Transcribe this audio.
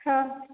ହଁ